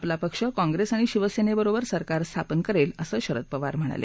आपला पक्ष काँप्रेस आणि शिवसेनेबरोबर सरकार स्थापन करेल असं शरद पवार म्हणाले